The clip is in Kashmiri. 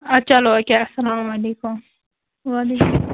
اَدٕ چلو یہِ کیٛاہ اَسَلام علیکُم